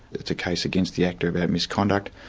it's a case against the actor about misconduct.